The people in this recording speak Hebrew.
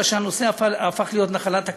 אלא שהנושא הפך להיות נחלת הכלל.